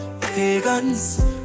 pagans